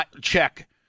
Check